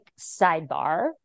sidebar